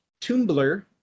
Tumblr